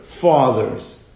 fathers